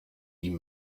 die